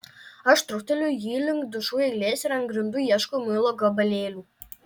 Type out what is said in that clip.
aš trukteliu jį link dušų eilės ir ant grindų ieškau muilo gabalėlių